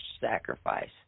sacrifice